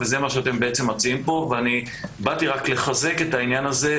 וזה מה שאתם בעצם מציעים פה ואני באתי רק לחזק את העניין הזה,